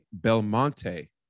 belmonte